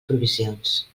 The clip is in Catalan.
provisions